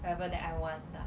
wherever that I want lah